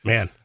Man